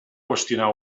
qüestionar